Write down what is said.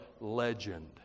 legend